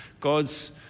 God's